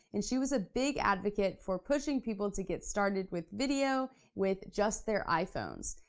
and she was a big advocate for pushing people to get started with video with just their iphones.